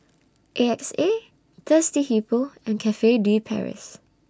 A X A Thirsty Hippo and Cafe De Paris